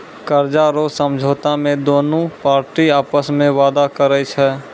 कर्जा रो समझौता मे दोनु पार्टी आपस मे वादा करै छै